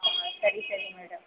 ಹಾಂ ಸರಿ ಸರಿ ಮೇಡಮ್